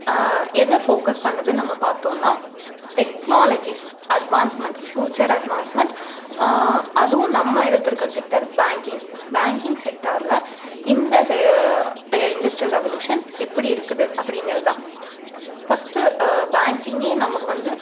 எதை ஃபோக்கஸ் பண்ணது நம்ம பார்த்தோன்னா டெக்னாலஜீஸ் அட்வான்ஸ்மெண்ட் ஃப்யூச்சர் அட்வான்ஸ்மெண்ட் அதுவும் நம்ம எடுத்துருக்கிற செக்டார் பேங்கிங் பேங்கிங் செக்டாரில் இந்த சே ஏ இண்டஸ்ட்ரியல் ரெவல்யூஷன் எப்படி இருக்குது அப்படிங்கிறது தான் ஃபர்ஸ்ட்டு பேங்கிங்கே நமக்கு வந்து